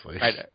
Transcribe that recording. right